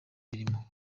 mirimo